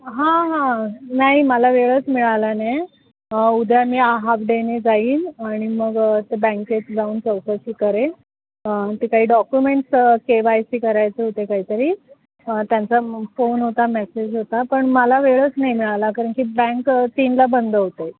हां हां नाही मला वेळच मिळाला नाही उद्या मी हाफ डेने जाईन आणि मग ते बँकेत जाऊन चौकशी करेन ते काही डॉक्युमेंट्स के वाय सी करायचे होते काहीतरी हं त्यांचा फोन होता मेसेज होता पण मला वेळच नाही मिळाला कारण की बँक तीनला बंद होते